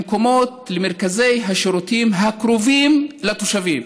תהיה למרכזי השירותים הקרובים לתושבים,